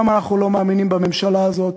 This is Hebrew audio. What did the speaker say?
למה אנחנו לא מאמינים בממשלה הזאת,